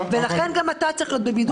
לכן, גם אתה צריך להיות בבידוד.